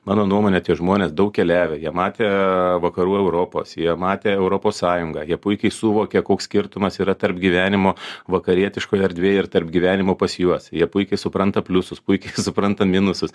mano nuomone tie žmonės daug keliavę jie matę vakarų europos jie matę europos sąjungą jie puikiai suvokia koks skirtumas yra tarp gyvenimo vakarietiškoj erdvėj ir tarp gyvenimo pas juos jie puikiai supranta pliusus puikiai supranta minusus